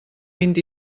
vint